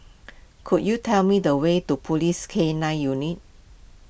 could you tell me the way to Police K nine Unit